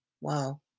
Wow